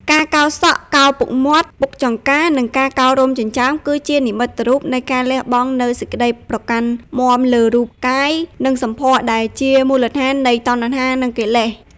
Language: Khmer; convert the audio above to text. ការកោរសក់ កោរពុកមាត់ពុកចង្កា និងកោររោមចិញ្ចើម គឺជានិមិត្តរូបនៃការលះបង់នូវសេចក្តីប្រកាន់មាំលើរូបកាយ និងសម្ផស្ស ដែលជាមូលដ្ឋាននៃតណ្ហា និងកិលេស។